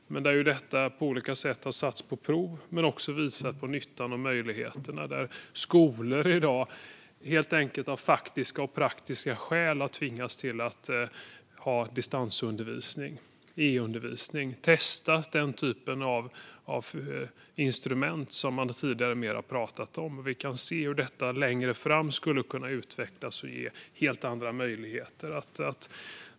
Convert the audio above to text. Detta har på olika sätt satts på prov, men nyttan och möjligheterna har också påvisats. Skolor i dag har av faktiska och praktiska skäl tvingats till att ha distansundervisning, e-undervisning, och testa den typen av instrument som man tidigare har talat om. Vi kan se hur detta längre fram skulle kunna utvecklas och ge helt andra möjligheter.